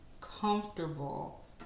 comfortable